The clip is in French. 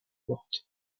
morte